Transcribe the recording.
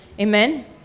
amen